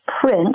print